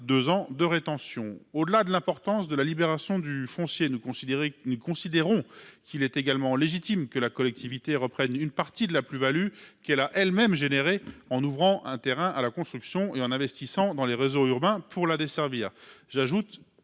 deux ans. S’il importe de libérer du foncier, nous considérons qu’il est également légitime que la collectivité reprenne une partie de la plus value qu’elle a elle même produite en ouvrant un terrain à la construction et en investissant dans les réseaux urbains pour le desservir.